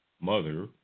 mother